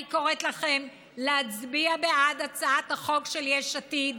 אני קוראת לכם להצביע בעד הצעת החוק של יש עתיד,